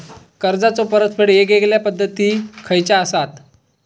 कर्जाचो परतफेड येगयेगल्या पद्धती खयच्या असात?